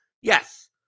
Yes